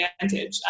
advantage